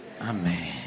Amen